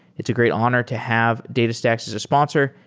it's a great honor to have datastax as a sponsor,